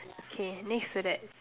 okay next to that